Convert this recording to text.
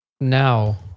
now